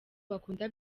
bakunda